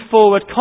forward